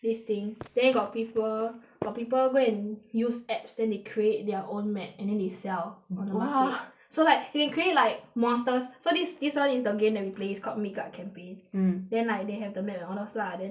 this thing there got people got people go and use apps then they create their own map and then they sell !wah! on the market so like you can create like monsters so like this this [one] is the game that we play it's called make up campaign mm then like they have the map and all those lah then